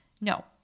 No